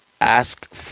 Ask